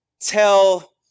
tell